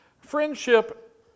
friendship